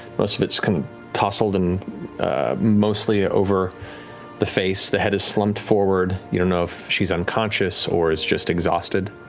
most of it's kind of tousled and mostly over the face, the head is slumped forward, you don't know if she's unconscious or is just exhausted.